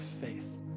faith